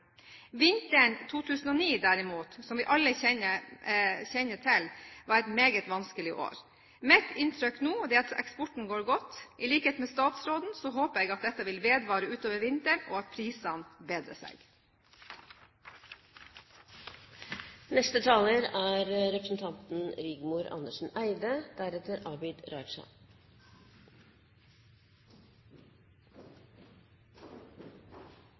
Vinteren 2009 derimot, som vi alle kjenner til, var et meget vanskelig år. Mitt inntrykk nå er at eksporten går godt. I likhet med statsråden håper jeg dette vil vedvare utover vinteren, og at prisene bedrer